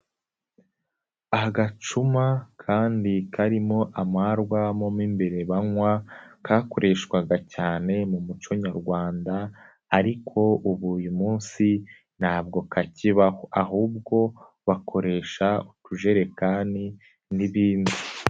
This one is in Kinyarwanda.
Agacuma kandi karimo amarwa mo imbere banywa kakoreshwaga cyane mu muco nyarwanda ariko ubu uyu munsi ntabwo kakibaho, ahubwo bakoresha utujerekani n'ibindi.